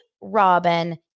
Robin